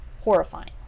horrifying